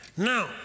Now